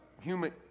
human